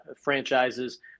franchises